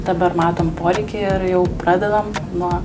dabar matom poreikį ir jau pradedam nuo